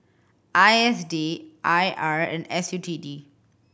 I S D I R and S U T D